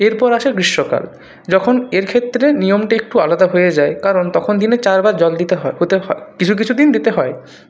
এরপর আসে গ্রীষ্মকাল যখন এর ক্ষেত্রে নিয়মটা একটু আলাদা হয়ে যায় কারণ তখন দিনে চারবার জল দিতে হয় হতে হয় কিছু কিছু দিন দিতে হয়